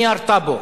נייר טאבו.